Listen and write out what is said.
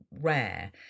rare